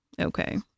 Okay